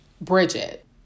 Bridget